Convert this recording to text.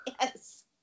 Yes